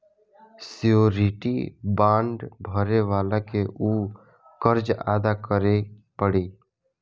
surety bond भरे वाला के ऊ कर्ज अदा करे पड़ी